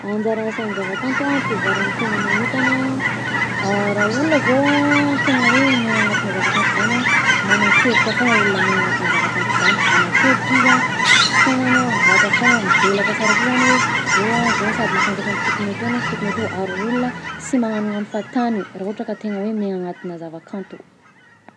Anjara asan'ny zavakanto amin'ny fivoaragn'ny tegna magnokana, raha olona zao a, tegna hoe miaigna agnatina zavakanto zany magnan-kevitra izy a, saignagny a mivoàtra foagna, mivelatra sara si zany hoe zao a zao sady mahafantatra ny tokony ataogny a sy tokony atao ary olona sy magnagnognagno fahatagny raha ohatra ka hoe miaigna agnaty zavakanto.